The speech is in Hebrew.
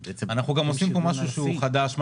אנחנו עושים פה משהו שהוא חדש,